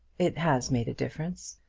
it has made a difference.